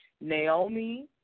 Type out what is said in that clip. Naomi